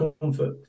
comfort